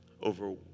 over